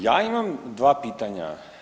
Ja imam dva pitanja.